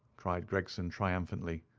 cried gregson, triumphantly.